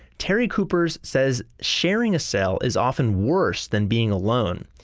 terry kupers says, sharing a cell is often worse than being alone.